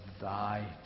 thy